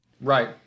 right